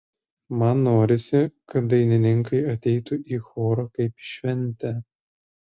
man norisi kad dainininkai ateitų į chorą kaip į šventę